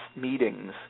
meetings